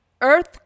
earth